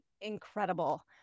incredible